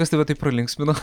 kas tave taip pralinksmino